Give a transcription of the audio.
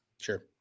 sure